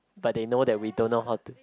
but they know that we don't know how to